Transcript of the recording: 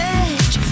edge